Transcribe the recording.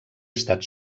estat